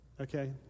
okay